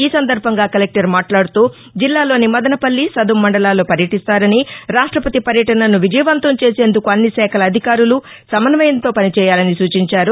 ఈ సందర్బంగా కలెక్లర్ మాట్లాడుతూ జిల్లాలోని మదనపల్లి సదుం మండలాల్లో పర్యటిస్తారని రాష్ట్రపతి పర్యటనను విజయవంతం చేసేందుకు అన్ని శాఖల అధికారులు సమన్వయంతో పనిచేయాలని సూచించారు